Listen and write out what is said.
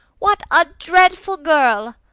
what a dreadful girl!